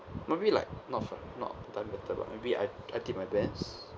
maybe like not for not try better but maybe I I did my best